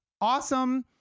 awesome